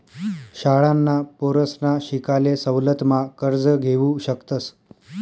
शाळांना पोरसना शिकाले सवलत मा कर्ज घेवू शकतस